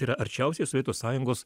yra arčiausiai sovietų sąjungos